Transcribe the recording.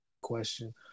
question